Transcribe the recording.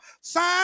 sign